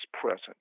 present